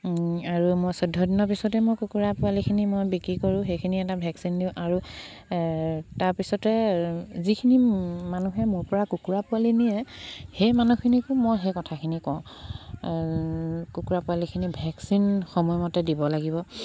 আৰু মই চৈধ্য দিনৰ পিছতে মই কুকুৰা পোৱালিখিনি মই বিক্ৰী কৰোঁ সেইখিনি এটা ভেকচিন দিওঁ আৰু তাৰপিছতে যিখিনি মানুহে মোৰ পৰা কুকুৰা পোৱালি নিয়ে সেই মানুহখিনিকো মই সেই কথাখিনি কওঁ কুকুৰা পোৱালিখিনি ভেকচিন সময়মতে দিব লাগিব